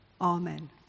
Amen